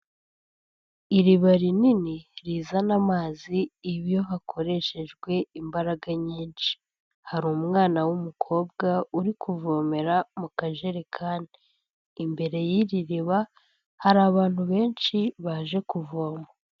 Iriba rinini rizana amazi iyo hakoreshejwe imbaraga nyinshi, hari umwana w'umukobwa uri kuvomera mu kajerekani. Imbere y'iri riba hari abantu benshi baje kuvoma.